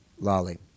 Lolly